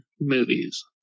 movies